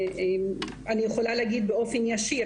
אני יכולה להגיד באופן ישיר,